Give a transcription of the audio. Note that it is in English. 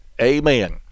Amen